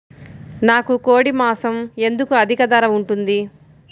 నాకు కోడి మాసం ఎందుకు అధిక ధర ఉంటుంది?